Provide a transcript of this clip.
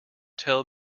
tell